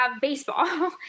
baseball